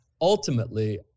ultimately